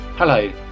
Hello